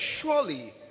Surely